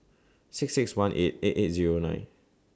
six six one eight eight eight Zero nine